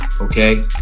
okay